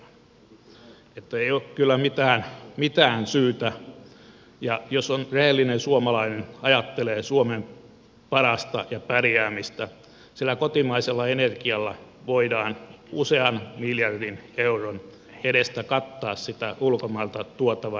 siihen ei ole kyllä mitään syytä ja jos on rehellinen suomalainen ajattelee suomen parasta ja pärjäämistä sillä kotimaisella energialla voidaan usean miljardin euron edestä kattaa sitä ulkomailta tuotavan energian tarvetta